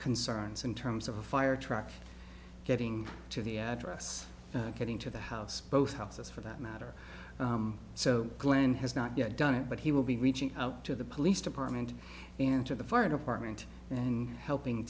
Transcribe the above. concerns in terms of a fire truck getting to the address getting to the house both houses for that matter so glenn has not yet done it but he will be reaching out to the police department and to the fire department in helping